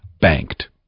banked